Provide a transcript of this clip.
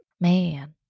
Man